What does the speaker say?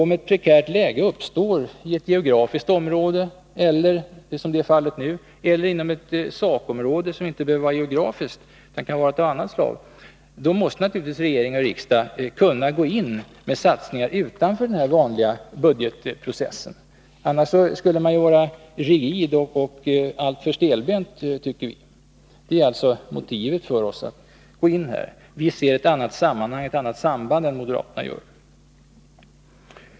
Om ett prekärt läge uppstår i ett geografiskt område som fallet är här, eller inom ett sakområde, måste naturligtvis regering och riksdag kunna gå in med satsningar utanför den vanliga budgetprocessen. Annars skulle man vara alltför rigid och stelbent, tycker vi. Detta är alltså motivet för oss att gå in. Vi ser ett annat samband än vad moderaterna gör.